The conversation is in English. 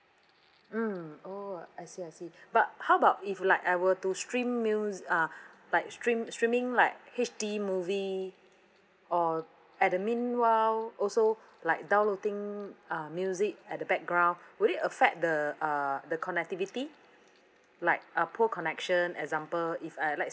mm oh I see I see but how about if like I were to stream music uh like stream streaming like H_D movie or at the meanwhile also like downloading uh music at the background would it affect the uh the connectivity like a poor connection example if I let's